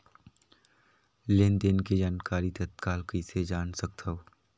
लेन देन के जानकारी तत्काल कइसे जान सकथव?